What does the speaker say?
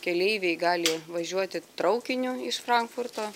keleiviai gali važiuoti traukiniu iš frankfurto